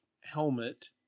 helmet